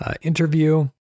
interview